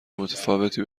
متفاوتی